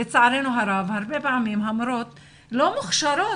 לצערנו הרב הרבה פעמים המורות לא מקבלות